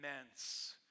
immense